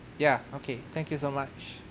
ya okay thank you so much